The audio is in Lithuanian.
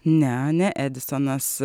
ne ne edisonas